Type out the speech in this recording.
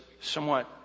somewhat